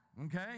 okay